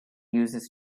uses